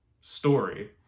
story